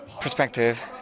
perspective